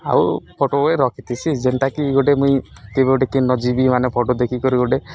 ଆଉ ଫଟୋକେ ରଖିଥିସି ଯେନ୍ଟାକି ଗୁଟେ ମୁଇଁ କେବେ ଗୁଟେ କେନ ଯିବି ମାନେ ଫଟୋ ଦେଖିକରି ଗୁଟେ